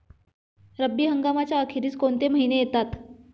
रब्बी हंगामाच्या अखेरीस कोणते महिने येतात?